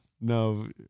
No